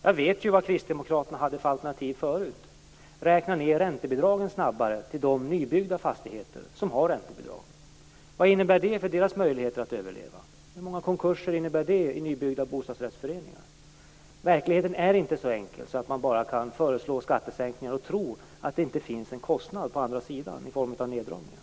Jag vet vilket alternativ kristdemokraterna hade tidigare: att snabbare räkna ned räntebidragen till de nybyggda fastigheter som har räntebidrag. Vad innebär det för deras möjligheter att överleva? Hur många konkurser innebär det i nybildade bostadsrättsföreningar? Verkligheten är inte så enkel att man bara kan föreslå skattesänkningar och tro att det inte finns en kostnad på andra sidan i form av neddragningar.